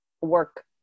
work